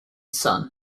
son